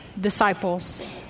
disciples